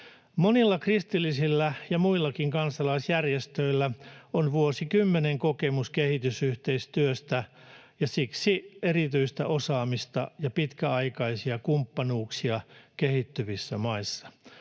Monilla kristillisillä ja muillakin kansalaisjärjestöillä on vuosikymmenten kokemus kehitysyhteistyöstä ja siksi erityistä osaamista ja pitkäaikaisia kumppanuuksia kehittyvissä maissa.